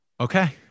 Okay